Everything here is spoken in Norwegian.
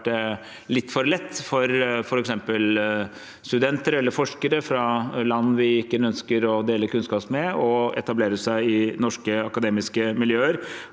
litt for lett for f.eks. studenter eller forskere fra land vi ikke ønsker å dele kunnskap med, å etablere seg i norske akademiske miljøer